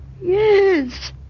Yes